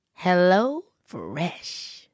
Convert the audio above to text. HelloFresh